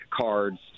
cards